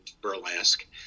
burlesque